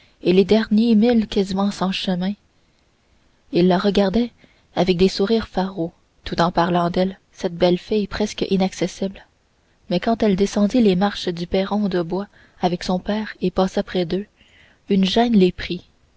et les derniers milles quasiment sans chemin ils la regardaient avec des sourires farauds tout en parlant d'elle cette belle fille presque inaccessible mais quand elle descendit les marches du perron de bois avec son père et passa près d'eux une gêne les prit